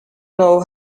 know